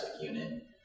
unit